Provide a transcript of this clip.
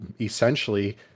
essentially